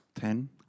Ten